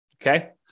Okay